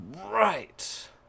right